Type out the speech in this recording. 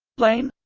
ln?